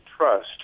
trust